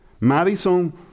Madison